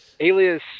Alias